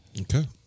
Okay